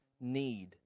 need